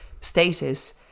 status